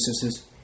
sisters